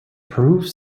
proves